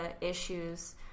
issues